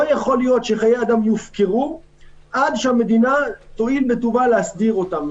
לא יכול להיות שחיי אדם יופקרו עד שהמדינה תואיל בטובה להסדיר אותם.